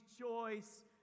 choice